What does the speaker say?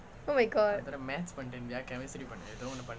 oh my god